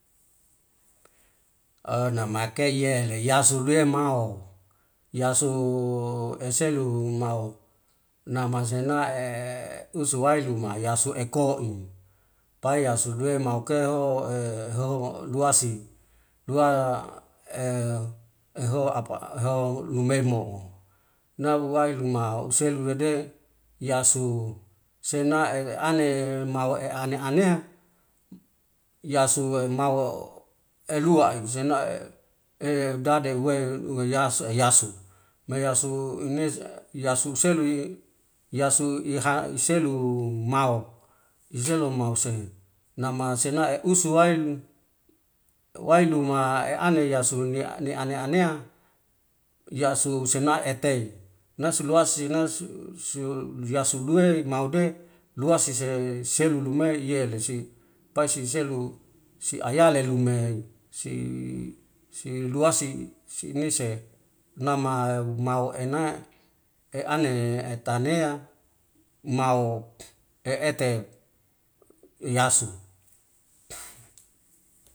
namai kei yele yasube ma'o yasu eselu humau namasena'e usuwailuma yasu eko'u, pai yasude ma uke'o eho luasi eho apa eho lume mo'o, nau wailuma uselu rede yasu sena'e ane mau'e ane anea yasu mau alua esunai udade iwe uwe yasu, ma yasu inesa yasu uselu'i yasu iha uselu umau sen. Nama sena'e usuwail wailuma eane yasu ne neane anea yasu senaeteni nasu luasi yasu luwe maude luasise selu lume iyele si, pai si selu si ayale lume si si luasi si nese nama umau ena eane etanea mau ee'te iyasu.